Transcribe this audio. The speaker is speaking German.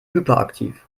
hyperaktiv